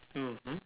mmhmm